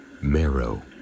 marrow